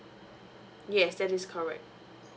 yes that is correct